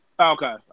Okay